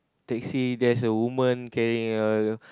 taxi there's a woman carrying a